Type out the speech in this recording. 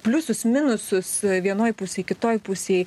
pliusus minusus vienoj pusėj kitoj pusėj